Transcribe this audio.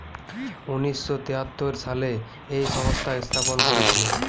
উনিশ শ তেয়াত্তর সালে এই সংস্থা স্থাপন করেছিল